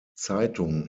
zeitung